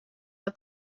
the